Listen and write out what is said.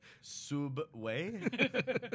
Subway